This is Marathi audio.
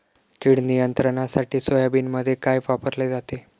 कीड नियंत्रणासाठी सोयाबीनमध्ये काय वापरले जाते?